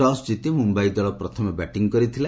toss ଜିତି ମୁମ୍ବାଇ ଦଳ ପ୍ରଥମେ ବ୍ୟାଟିଂ କରିଥିଲା